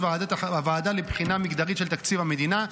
הוועדה לבחינה מגדרית של תקציב המדינה,